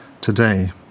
today